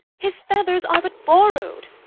his feathers are but borrow'd,